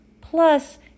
plus